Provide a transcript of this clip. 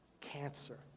cancer